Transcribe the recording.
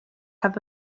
have